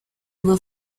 will